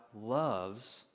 loves